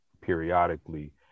periodically